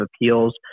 Appeals